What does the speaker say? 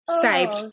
Saved